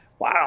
Wow